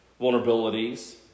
vulnerabilities